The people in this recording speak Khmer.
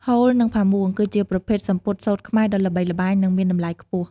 ហូល និងផាមួង គឺជាប្រភេទសំពត់សូត្រខ្មែរដ៏ល្បីល្បាញ និងមានតម្លៃខ្ពស់។